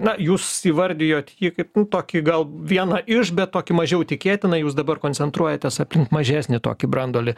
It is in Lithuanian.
na jūs įvardijot jį kaip tokį gal vieną iš bet tokį mažiau tikėtiną jūs dabar koncentruojatės aplink mažesnį tokį branduolį